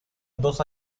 dos